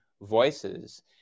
voices